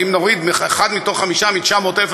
ונוריד אחד מתוך חמישה מ-900,000,